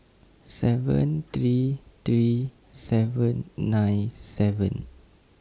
seven three three seven nine seven